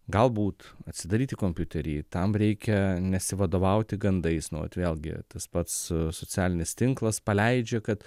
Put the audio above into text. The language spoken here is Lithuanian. galbūt atsidaryti kompiuterį tam reikia nesivadovauti gandais nu vat vėlgi tas pats socialinis tinklas paleidžia kad